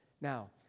Now